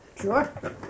Sure